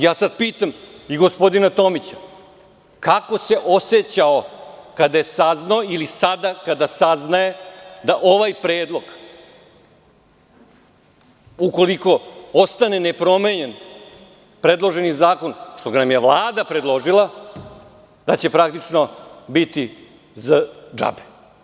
Ja sad pitam i gospodina Tomića, kako se osećao kada je saznao, ili sada kada saznaje da ovaj predlog ukoliko ostane nepromenjen predloženi zakon, koga nam je Vlada predložila, da će praktično biti za džabe.